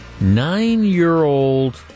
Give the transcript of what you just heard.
Nine-year-old